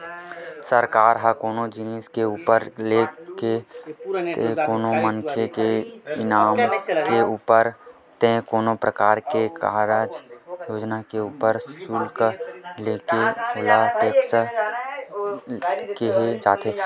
सरकार ह कोनो जिनिस के ऊपर ते कोनो मनखे के इनकम के ऊपर ते कोनो परकार के कारज योजना के ऊपर सुल्क लेथे ओला टेक्स केहे जाथे